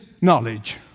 knowledge